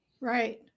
Right